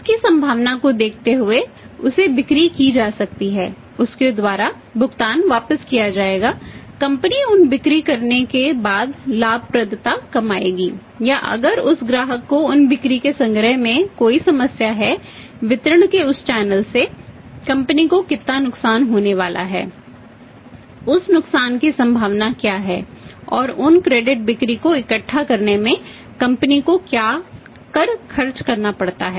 उस की संभावना को देखते हुए उसे बिक्री की जा सकती है उसके द्वारा भुगतान वापस किया जाएगा कंपनी उन बिक्री करने के बाद लाभप्रदता कमाएगी या अगर उस ग्राहक से उन बिक्री के संग्रह में कोई समस्या है वितरण के उस चैनल से कंपनी को कितना नुकसान होने वाला है उस नुकसान की संभावना क्या है और उन क्रेडिट बिक्री को इकट्ठा करने में कंपनी को क्या कर खर्च करना पड़ता है